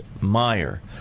Meyer